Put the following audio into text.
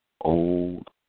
Old